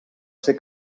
ser